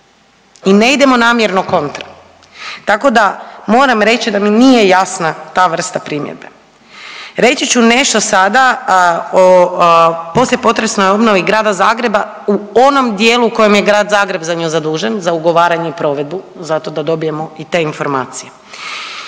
i ne idemo namjerno kontra. Tako da moram reći da mi nije jasna ta vrsta primjedbe. Reći ću nešto sada o poslije potresnoj obnovi grada Zagreba u onom dijelu u kojem grad Zagreb za nju zadužen za ugovaranje i provedbu zato da dobijemo i te informacije.